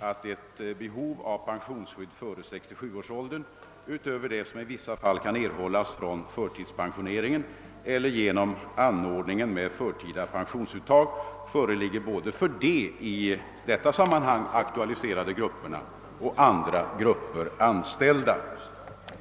att ett behov av pensionsskydd före 67 år utöver det, som i vissa fall kan erhållas genom förtidspensionering eller genom anordningen med förtida pensionsuttag, föreligger inte bara för de i detta sammanhang aktualiserade grupperna utan också för andra grupper anställda.